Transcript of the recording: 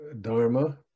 Dharma